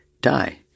die